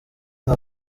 nka